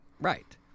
Right